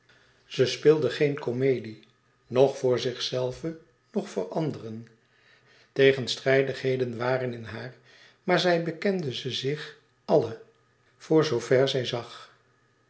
ze speelde geen komedie noch voor zichzelve noch voor anderen tegenstrijdigheden waren in haar maar zij bekende ze zich allen voor zoover zij zich zag